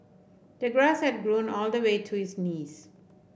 the grass had grown all the way to his knees